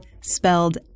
spelled